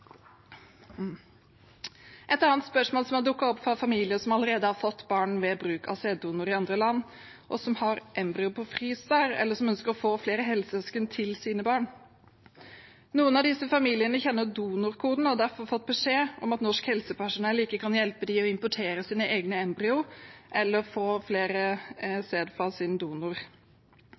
Et annet spørsmål har dukket opp fra familier som allerede har fått barn ved bruk av sæddonor i andre land, som har embryoer på frys der, og som ønsker å få helsøsken til sine barn. Noen av disse familiene kjenner donorkoden og har derfor fått beskjed om at norsk helsepersonell ikke kan hjelpe dem med å importere deres egne embryoer eller få mer sæd fra sin donor.